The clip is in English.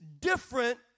different